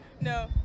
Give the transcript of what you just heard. No